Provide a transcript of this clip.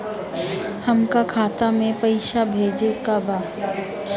हमका खाता में पइसा भेजे के बा